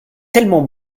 tellement